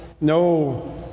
No